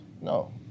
No